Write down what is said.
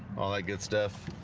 good stuff